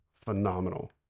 phenomenal